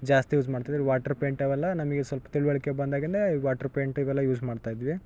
ಜಾಸ್ತಿ ಯೂಸ್ ಮಾಡ್ತಿದ್ವಿ water paint ಅವೆಲ್ಲ ನಮಗೆ ಸ್ವಲ್ಪ ತಿಳುವಳಿಕೆ ಬಂದಾಗಿಂದ ಈ ವಾಟ್ರ್ ಪೇಂಟ್ ಇವೆಲ್ಲ ಯೂಸ್ ಮಾಡ್ತಾಯಿದ್ವಿ